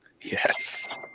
Yes